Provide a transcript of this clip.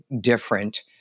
different